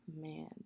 man